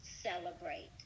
celebrate